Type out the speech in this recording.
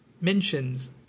mentions